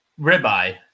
ribeye